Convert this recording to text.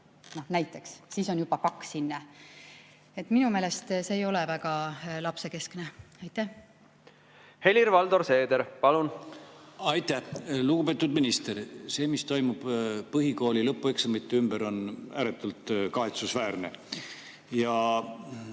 ei saa. Siis on juba hinne 2. Minu meelest see ei ole väga lapsekeskne. Helir-Valdor Seeder, palun! Aitäh! Lugupeetud minister! See, mis toimub põhikooli lõpueksamite ümber, on ääretult kahetsusväärne.